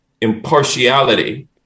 impartiality